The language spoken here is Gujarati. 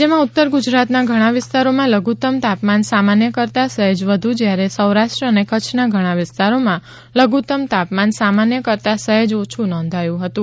રાજ્યમાં ઉત્તર ગુજરાતના ઘણા વિસ્તારોમાં લધુત્તમ તાપમાન સામાન્ય કરતાં સહેજ વધુ જ્યારે સૌરાષ્ટ્ર અને કચ્છના ઘણા વિસ્તારોમાં લધુત્તમ તાપમાન સામાન્ય કરતાં સહેજ ઓછું નોંધાયું હતું